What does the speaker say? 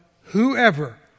whoever